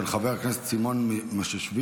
של חבר הכנסת סימון מושיאשוילי.